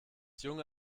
junge